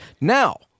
Now